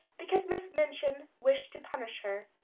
because miss minchin wished to punish her.